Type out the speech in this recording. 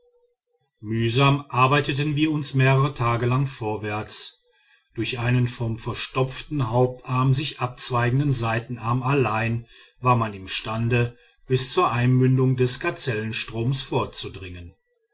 mühsam arbeiteten wir uns mehrere tage lang vorwärts durch einen vom verstopften hauptarm sich abzweigenden seitenarm allein war man imstand bis zur einmündung des gazellenstroms vorzudringen